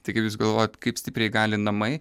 tai kaip jus galvojat kaip stipriai gali namai